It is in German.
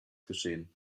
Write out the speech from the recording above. geschehen